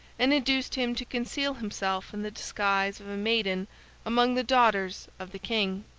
and induced him to conceal himself in the disguise of a maiden among the daughters of the king.